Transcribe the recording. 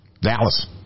Dallas